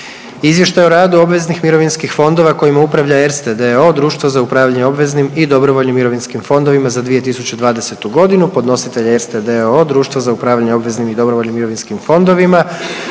Izvještaj o radu obveznih mirovinskih fondova kojima upravlja Erste d.o.o. društvo za upravljanje obveznim i dobrovoljnim mirovinskim fondovima za 2020. godinu. Podnositelj je Erste d.o.o. društvo za upravljanje obveznim i dobrovoljnim mirovinskim fondovima.